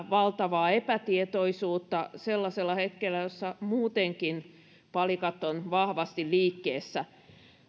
valtavaa epätietoisuutta sellaisella hetkellä jossa muutenkin palikat ovat vahvasti liikkeessä